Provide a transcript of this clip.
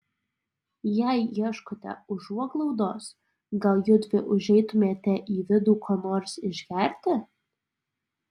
jei ieškote užuoglaudos gal judvi užeitumėte į vidų ko nors išgerti